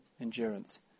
endurance